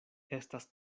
estas